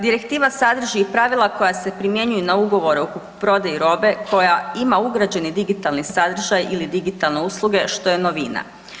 Direktiva sadrži i pravila koja se primjenjuju na ugovore o kupoprodaji robe koja ima ugrađeni digitalni sadržaj ili digitalne usluge, što je novina.